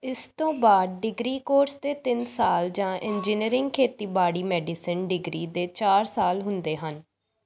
ਇਸ ਤੋਂ ਬਾਅਦ ਡਿਗਰੀ ਕੋਰਸ ਦੇ ਤਿੰਨ ਸਾਲ ਜਾਂ ਇੰਜੀਨੀਅਰਿੰਗ ਖੇਤੀਬਾੜੀ ਮੈਡੀਸਨ ਡਿਗਰੀ ਦੇ ਚਾਰ ਸਾਲ ਹੁੰਦੇ ਹਨ